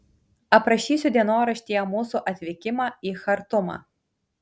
aprašysiu dienoraštyje mūsų atvykimą į chartumą